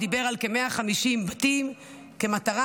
דיבר על כ-150 בתים כמטרה.